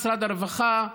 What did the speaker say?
משרד הרווחה,